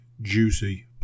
juicy